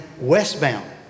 westbound